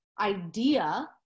idea